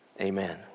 amen